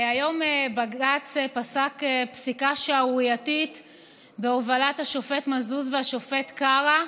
היום בג"ץ פסק פסיקה שערורייתית בהובלת השופט מזוז והשופט קרא,